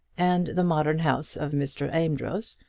and the modern house of mr. amedroz,